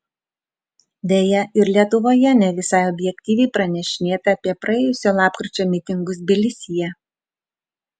deja ir lietuvoje ne visai objektyviai pranešinėta apie praėjusio lapkričio mitingus tbilisyje